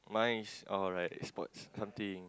mine is alright sports something